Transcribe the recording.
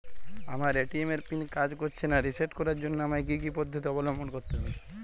আমার এ.টি.এম এর পিন কাজ করছে না রিসেট করার জন্য আমায় কী কী পদ্ধতি অবলম্বন করতে হবে?